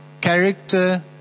character